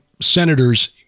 senators